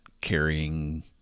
carrying